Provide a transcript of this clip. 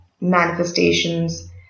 manifestations